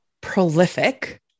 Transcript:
prolific